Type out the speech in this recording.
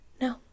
No